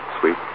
sweet